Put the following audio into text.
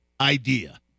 idea